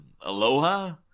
aloha